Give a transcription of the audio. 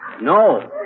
No